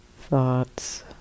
thoughts